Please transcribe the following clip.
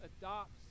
adopts